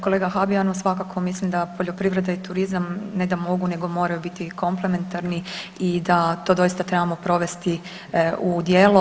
Kolega Habijan, svakako mislim da poljoprivreda i turizam ne da mogu, nego moraju biti komplementarni i da to doista trebamo provesti u djelo.